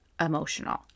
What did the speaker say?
emotional